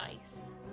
ice